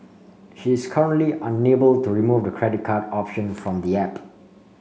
she is currently unable to remove the credit card option from the app